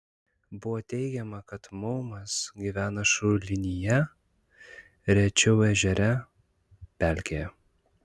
buvo teigiama kad maumas gyvena šulinyje rečiau ežere pelkėje